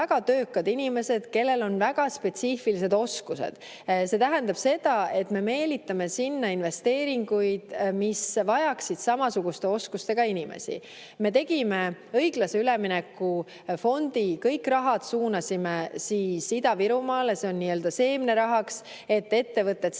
väga töökad inimesed, kellel on väga spetsiifilised oskused. See tähendab seda, et me meelitame sinna investeeringuid, mis vajaksid samasuguste oskustega inimesi. Me tegime õiglase ülemineku fondi, kõik rahad suunasime Ida-Virumaale. See on seemnerahaks, et ettevõtted